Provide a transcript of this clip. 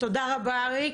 תודה רבה אריק,